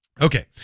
okay